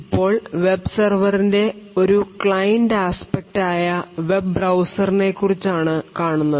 ഇപ്പോൾ web server ൻറെ ഒരു ക്ലൈന്റ് aspect ആയ വെബ് ബ്രൌസർ നെക്കുറിച്ച് ആണ് കാണുന്നത്